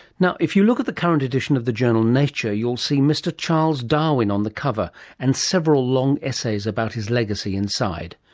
if you look at the current edition of the journal nature you'll see mr charles darwin on the cover and several long essays about his legacy inside.